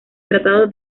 tratado